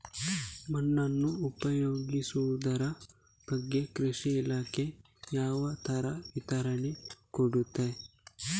ಮಣ್ಣನ್ನು ಉಪಯೋಗಿಸುದರ ಬಗ್ಗೆ ಕೃಷಿ ಇಲಾಖೆ ಯಾವ ತರ ವಿವರಣೆ ಕೊಡುತ್ತದೆ?